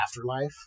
Afterlife